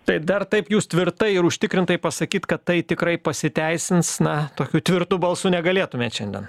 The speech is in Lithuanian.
tai dar taip jūs tvirtai ir užtikrintai pasakyt kad tai tikrai pasiteisins na tokiu tvirtu balsu negalėtumėt šiandien